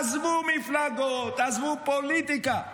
עזבו מפלגות, עזבו פוליטיקה,